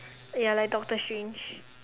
ya like doctor strange